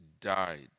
died